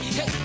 Hey